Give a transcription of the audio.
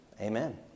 Amen